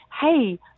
Hey